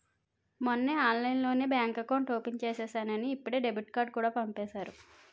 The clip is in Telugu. మొన్నే ఆన్లైన్లోనే బాంక్ ఎకౌట్ ఓపెన్ చేసేసానని ఇప్పుడే డెబిట్ కార్డుకూడా పంపేసారు